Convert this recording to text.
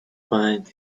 find